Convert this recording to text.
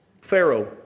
Pharaoh